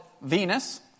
Venus